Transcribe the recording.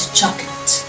chocolate